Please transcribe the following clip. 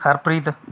Harpreet